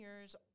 years